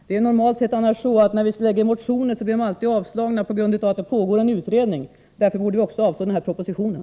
Det är normalt att när vi avger motioner blir de alltid avslagna på grund av att det pågår en utredning. Därför borde vi också avslå den här propositionen.